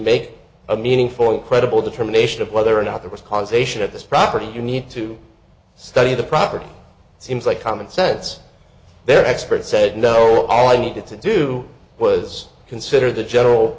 make a meaningful incredible determination of whether or not there was causation of this property you need to study the property seems like common sense their expert said no all i needed to do was consider the general